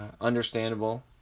Understandable